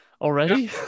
Already